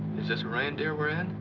is this a reindeer we're in?